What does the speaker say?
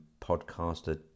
podcaster